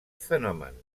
fenomen